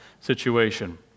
situation